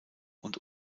und